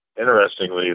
Interestingly